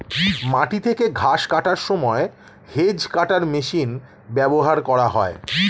মাটি থেকে ঘাস কাটার সময় হেজ্ কাটার মেশিন ব্যবহার করা হয়